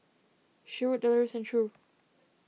Sherwood Deloris and True